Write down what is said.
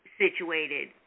situated